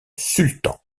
sultan